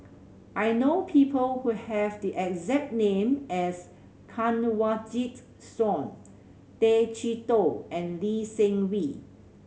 I know people who have the exact name as Kanwaljit Soin Tay Chee Toh and Lee Seng Wee